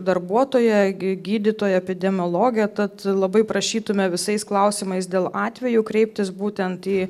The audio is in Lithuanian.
darbuotoja gydytoja epidemiologė tad labai prašytume visais klausimais dėl atvejų kreiptis būtent į